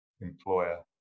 employer